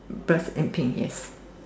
brass and thing yes